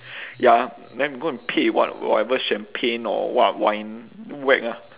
ya then go and pick what whatever champagne or what wine whack ah